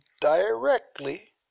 directly